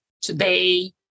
today